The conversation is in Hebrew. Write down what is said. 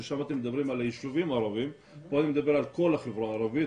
ששם אתם מדברים על יישובים ערביים פה אני מדבר על כל החברה הערבית,